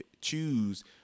choose